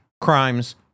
crimes